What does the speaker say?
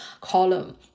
column